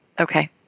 Okay